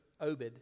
Obed